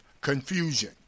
confusion